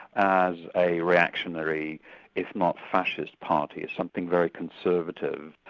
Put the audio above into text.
as a reactionary if not fascist party, of something very conservative,